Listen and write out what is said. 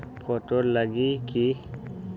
Photo लगी कि?